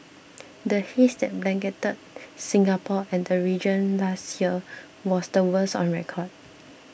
the haze that blanketed Singapore and the region last year was the worst on record